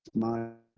my